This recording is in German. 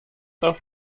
auf